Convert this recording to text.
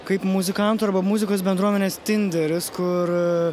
kaip muzikanto arba muzikos bendruomenės tinderis kur